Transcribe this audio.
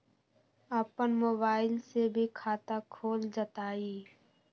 अपन मोबाइल से भी खाता खोल जताईं?